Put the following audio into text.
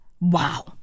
wow